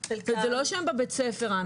הם לא בבית הספר.